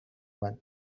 one